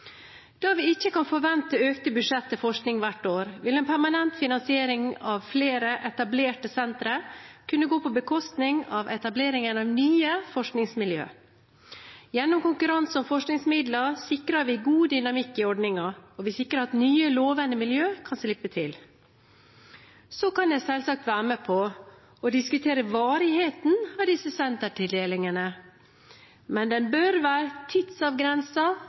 Da vi ikke kan forvente økte budsjetter til forskning hvert år, vil en permanent finansiering av flere etablerte sentre kunne gå på bekostning av etableringen av nye forskningsmiljøer. Gjennom konkurranse om forskningsmidler sikrer vi god dynamikk i ordningen, og vi sikrer at nye, lovende miljøer kan slippe til. Så kan jeg selvsagt være med på å diskutere varigheten av disse sentertildelingene. Men den bør være